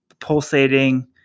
Pulsating